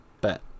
Bet